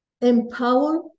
empower